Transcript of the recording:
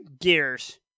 gears